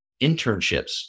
internships